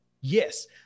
Yes